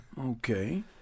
Okay